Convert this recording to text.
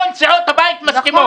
כל סיעות הבית מסכימות.